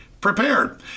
prepared